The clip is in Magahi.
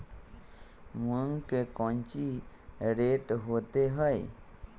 मूंग के कौची रेट होते हई?